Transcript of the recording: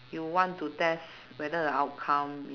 you want to test whether the outcome is